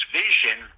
vision